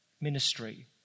ministry